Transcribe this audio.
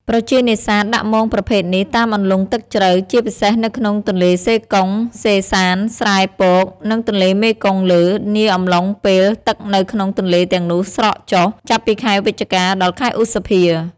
ប្រជានេសាទ ដាក់មងប្រភេទនេះ តាមអន្លង់ទឹកជ្រៅ ជាពិសេសនៅក្នុងទន្លេសេកុង សេសាន ស្រែពក និងទន្លេមេគង្គលើ នាអំឡុងពេលទឹកនៅក្នុងទន្លេទាំងនោះស្រកចុះ ចាប់ពីខែវិច្ឆិកា ដល់ ខែឧសភា។